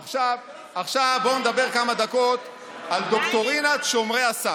עכשיו, בואו נדבר כמה דקות על דוקטרינת שומרי הסף.